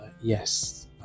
yes